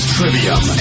Trivium